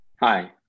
Hi